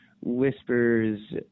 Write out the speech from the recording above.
whispers